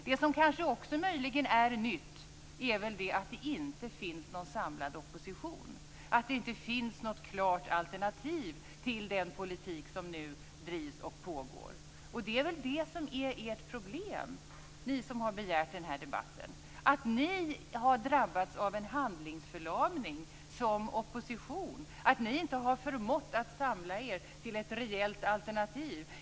Det som möjligen också är nytt är att det inte finns någon samlad opposition, att det inte finns något klart alternativ till den politik som nu drivs och pågår. Det är väl det som är ert problem, att ni som har begärt den här debatten har drabbats av en handlingsförlamning som opposition, att ni inte har förmått samla er till ett rejält alternativ.